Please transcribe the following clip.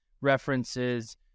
references